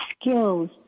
skills